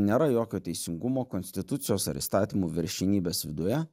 nėra jokio teisingumo konstitucijos ar įstatymų viršenybės viduje